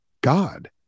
God